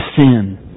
sin